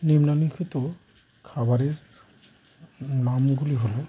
নিম্নলিখিত খাবারের নামগুলি হলো